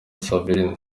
saverina